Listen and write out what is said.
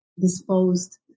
disposed